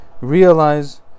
realize